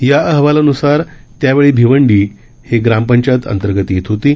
या अहवालान्सार त्या वेळी भिवंगी हे ग्राम पंचायत अंतर्गत येत होतं